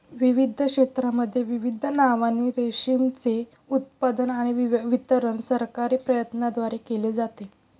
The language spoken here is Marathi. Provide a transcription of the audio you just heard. विविध क्षेत्रांमध्ये विविध नावांनी रेशीमचे उत्पादन आणि वितरण सरकारी प्रयत्नांद्वारे केले जाते